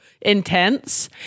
intense